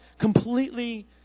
completely